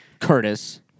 Curtis